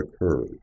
occurred